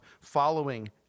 following